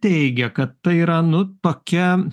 teigia tai yra nu tokia